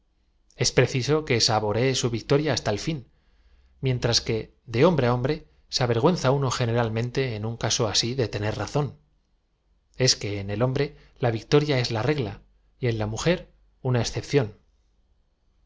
es preciso que sa boree su victoria hasta el fin mientras que de hoco bre á hombre se avergüenza uno generalmente ea un caso asi de tener razón es que en ei hombre la victoria es la regla en la mujer es una excepción